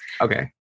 Okay